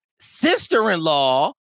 sister-in-law